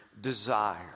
desire